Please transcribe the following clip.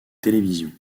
télévision